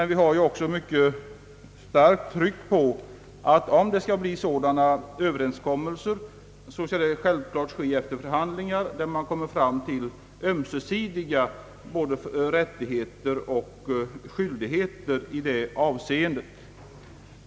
Vi har dock mycket starkt tryckt på att om det skall bli sådana bestämmelser, skall dessa självklart komma till stånd efter förhandlingar, under vilka man kommer fram till både ömsesidiga rättigheter och skyldigheter i det avseendet.